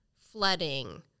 flooding